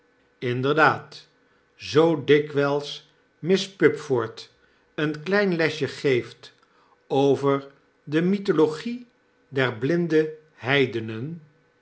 inderdaad zoo dikwijls miss pupford een klein lesje geeft over de mythologie der blinde